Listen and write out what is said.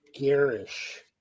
garish